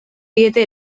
diete